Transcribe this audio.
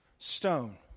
Stone